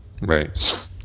Right